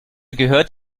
gehört